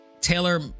Taylor